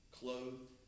clothed